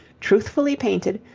truthfully painted,